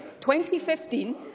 2015